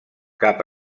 cap